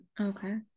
okay